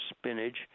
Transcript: spinach